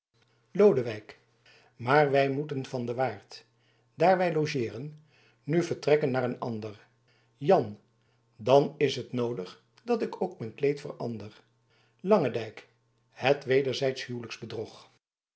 lodewijk maar wy moeten van den waard daar wy logeeren nu vertrekken naar een ander jan dan is het noodig dat ik ook mijn kleed verander langendijk het wederzijds